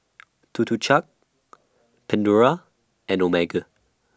Tuk Tuk Cha Pandora and Omega